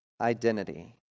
identity